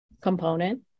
component